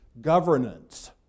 Governance